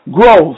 Growth